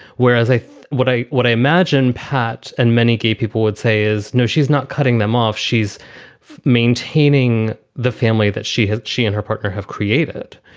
whereas i would i would imagine pat and many gay people would say is, no, she's not cutting them off. she's maintaining the family that she had. she and her partner have created,